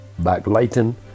backlighting